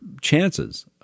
chances